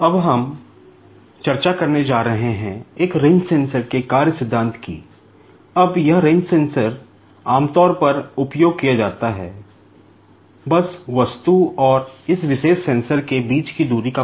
अब हम चर्चा करने जा रहे हैं एक रेंज सेंसर को सुनिश्चित करने जा रहा हूं